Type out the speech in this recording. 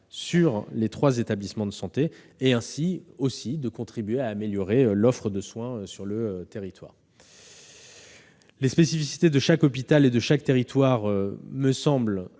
des trois établissements de santé, et ainsi contribuer à améliorer l'offre de soins sur le territoire. Les spécificités de chaque hôpital et de chaque territoire me semblent